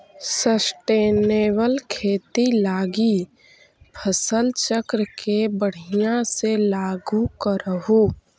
sustainable खेती लागी फसल चक्र के बढ़ियाँ से लागू करहूँ